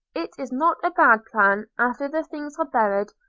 it is not a bad plan, after the things are buried,